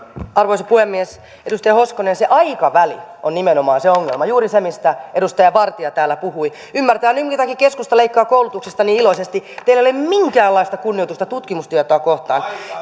arvoisa puhemies edustaja hoskonen se aikaväli on nimenomaan se ongelma juuri se mistä edustaja vartia täällä puhui ymmärtäkää jotakin keskusta leikkaa koulutuksesta niin iloisesti teillä ei ole minkäänlaista kunnioitusta tutkimustyötä kohtaan